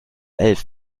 elf